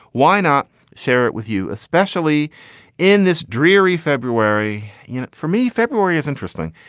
why not share it with you, especially in this dreary february you know for me? february is interesting.